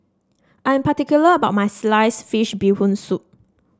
I am particular about my slice fish Bee Hoon Soup